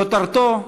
כותרתו,